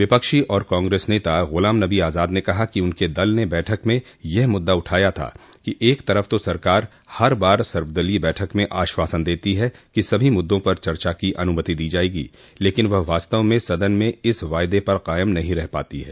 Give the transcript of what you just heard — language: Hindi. विपक्षी और कांग्रेस नेता गुलाम नबी आजाद ने कहा कि उनके दल ने बैठक में यह मुद्दा उठाया कि एक तरफ तो सरकार हर बार सर्वदलीय बैठक में आश्वासन देती है कि सभी मुद्दों पर चर्चा की अनुमति दी जायेगी लेकिन वह वास्तव में सदन में इस वायदे पर कायम नहीं रह पाती है